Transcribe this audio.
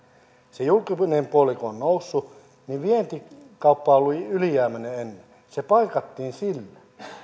se julkinen puoli on noussut niin kun vientikauppa on ollut ylijäämäinen ennen se paikattiin sillä